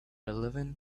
eleven